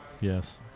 yes